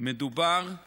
אני אומר: